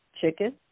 chicken